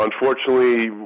unfortunately